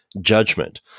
judgment